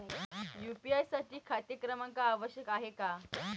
UPI साठी खाते क्रमांक आवश्यक आहे का?